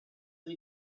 and